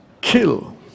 kill